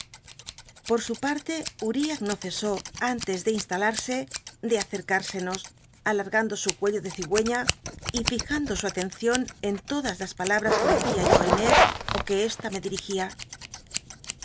po su parte uriah no cesó antes de instalarse de ticcrcárscnos alatgando su cuello de cigüeña y fijando su atcncion en todas las palabas que decía yo inés ó que esta me dirigía